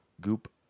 goop